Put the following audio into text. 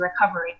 recovery